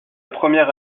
première